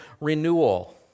renewal